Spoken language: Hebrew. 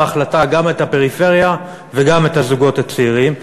החלטה גם את הפריפריה וגם את הזוגות הצעירים.